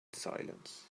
silence